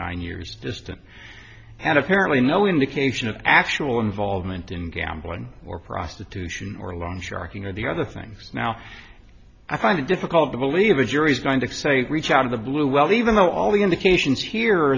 nine years distant had apparently no indication of actual involvement in gambling or prostitution or long sharking or the other things now i find it difficult to believe a jury's going to say reach out of the blue well even though all the indications here